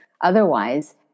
Otherwise